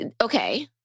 Okay